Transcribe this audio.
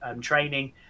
training